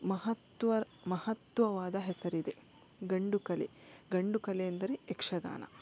ಮಹತ್ವರ್ ಮಹತ್ವವಾದ ಹೆಸರಿದೆ ಗಂಡುಕಲೆ ಗಂಡುಕಲೆ ಎಂದರೆ ಯಕ್ಷಗಾನ